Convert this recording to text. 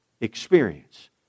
experience